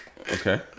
Okay